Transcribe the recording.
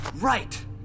Right